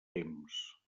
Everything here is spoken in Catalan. temps